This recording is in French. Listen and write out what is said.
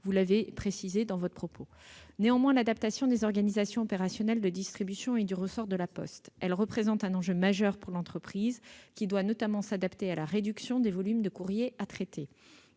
vous l'avez précisé. Néanmoins, l'adaptation des organisations opérationnelles de distribution est du ressort de La Poste. Elle représente un enjeu majeur pour l'entreprise, qui doit notamment s'adapter à la réduction des volumes de courrier à traiter.